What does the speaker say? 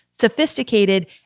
sophisticated